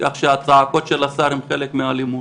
כך שהצעקות של השר הן חלק מהאלימות,